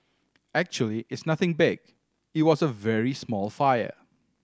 actually it's nothing big it was a very small fire